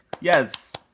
Yes